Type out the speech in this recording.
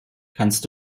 kannst